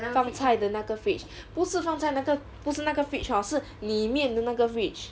放菜的那个 fridge 不是放在那个不是那个 fridge hor 是里面的那个 fridge